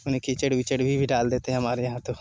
कीचड़ वीचड़ भी डाल देते हैं हमारे यहाँ तो